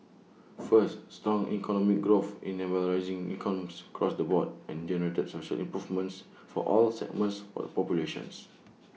first strong economic growth enabled rising incomes across the board and generated social improvements for all segments of the populations